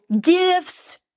gifts